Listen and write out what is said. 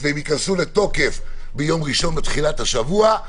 והם ייכנסו לתוקף ביום ראשון בתחילת השבוע.